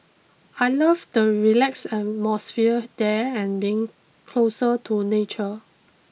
I love the relaxed atmosphere there and being closer to nature